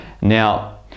Now